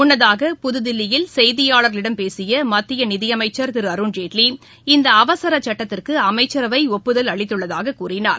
முன்னதாக புதுதில்லியில் செய்தியாளர்களிடம் பேசிய மத்திய நிதியமைச்சர் திரு அருண்ஜேட்லி இந்த அவசர சுட்டத்திற்கு அமைச்சரவை ஒப்புதல் அளித்துள்ளதாக கூறினார்